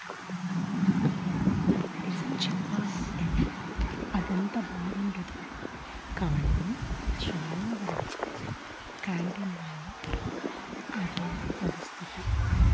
నిజం చెప్పాలంటే అదంత బాగుండదు కానీ చాలా వరకు క్యాంటీన్లలో అదే పరిస్థితి